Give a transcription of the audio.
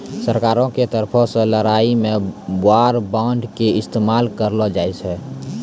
सरकारो के तरफो से लड़ाई मे वार बांड के इस्तेमाल करलो जाय छै